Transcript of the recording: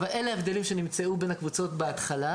אבל אלה ההבדלים שנמצאו בין הקבוצות בהתחלה,